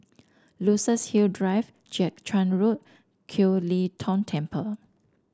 Luxus Hill Drive Jiak Chuan Road and Kiew Lee Tong Temple